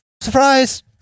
surprise